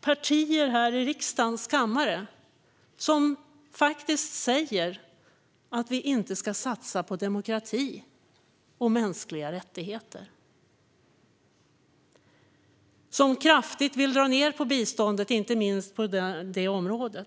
partier här i riksdagens kammare som faktiskt säger att vi inte ska satsa på demokrati och mänskliga rättigheter och som vill dra ned kraftigt på biståndet, inte minst på detta område.